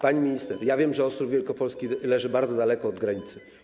Pani minister, wiem, że Ostrów Wielkopolski leży bardzo daleko od granicy.